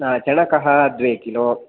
चणकः द्वे किलो